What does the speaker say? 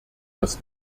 das